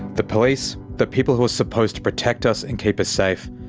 the police, the people who are supposed to protect us and keep us safe,